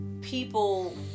people